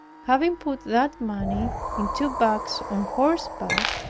having put that money in two bags on horseback,